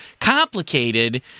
complicated